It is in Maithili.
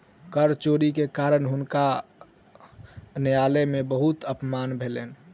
कर चोरी के कारण हुनकर न्यायालय में बहुत अपमान भेलैन